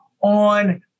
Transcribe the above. on